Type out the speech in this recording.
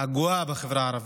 הגואה בחברה הערבית.